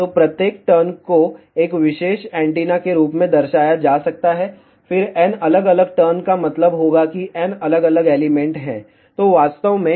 तो प्रत्येक टर्न को एक विशेष एंटीना के रूप में दर्शाया जा सकता है फिर n अलग अलग टर्न का मतलब होगा कि n अलग अलग एलिमेंट हैं